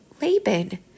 Laban